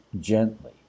gently